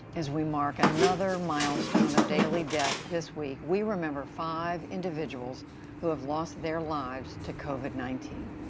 as we mark another milestone of daily death this week, we remember five individuals who have lost their lives to covid nineteen.